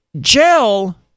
jail